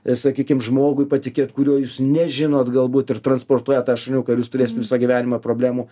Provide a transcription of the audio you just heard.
ir sakykim žmogui patikėt kurio jūs nežinot gal būt ir transportuoja tą šuniuką ir jis visą gyvenimą problemų